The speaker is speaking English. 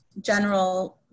general